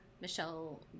Michelle